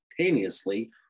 simultaneously